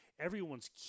everyone's